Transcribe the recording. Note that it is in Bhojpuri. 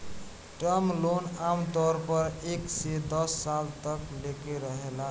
टर्म लोन आमतौर पर एक से दस साल तक लेके रहेला